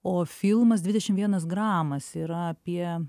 o filmas dvidešim vienas gramas yra apie